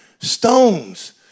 Stones